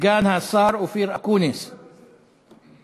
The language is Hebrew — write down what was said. סגן השר אופיר אקוניס ישיב.